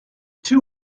two